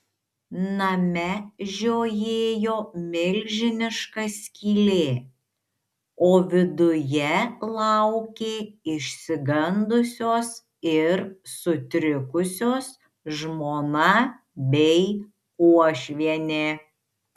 name žiojėjo milžiniška skylė o viduje laukė išsigandusios ir sutrikusios žmona bei uošvienė